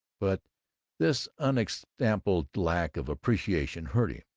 but this unexampled lack of appreciation hurt him,